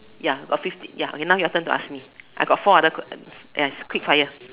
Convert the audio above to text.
ya got fifteen ya now your turn to ask me I got four other que~ yes quick fire